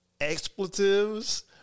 expletives